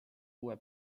uue